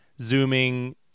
zooming